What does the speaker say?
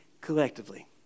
collectively